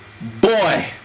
boy